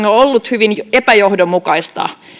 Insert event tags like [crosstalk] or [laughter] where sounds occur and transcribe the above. [unintelligible] on mielestäni ollut hyvin epäjohdonmukaista